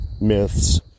myths